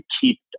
keep